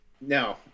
No